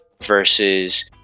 versus